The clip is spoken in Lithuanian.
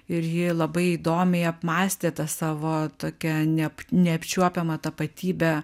ir ji labai įdomiai apmąstė tą savo tokią neap neapčiuopiamą tapatybę